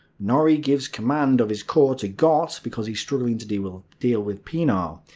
norrie gives command of his corps to gott, because he's struggling to deal deal with pienaar.